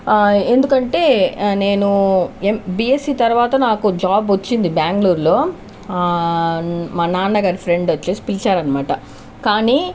ఎందుకంటే నేను ఎం బిఎస్సి తర్వాత నాకు జాబ్ వచ్చింది బ్యాంగ్లూరులో మా నాన్న గారి ఫ్రెండ్ వచ్చి పిలిచారు అనమాట కానీ